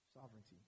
sovereignty